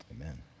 Amen